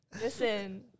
Listen